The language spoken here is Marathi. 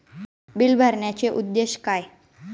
बिल भरण्याचे उद्देश काय?